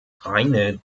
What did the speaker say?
reine